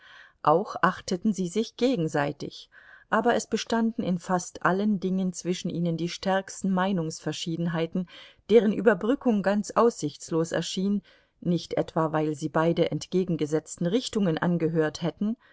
auch achteten sie sich gegenseitig aber es bestanden in fast allen dingen zwischen ihnen die stärksten meinungsverschiedenheiten deren überbrückung ganz aussichtslos erschien nicht etwa weil sie beide entgegengesetzten richtungen angehört hätten